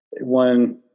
one